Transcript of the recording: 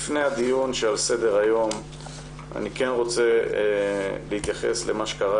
לפני הדיון שעל סדר היום אני כן רוצה להתייחס למה שקרה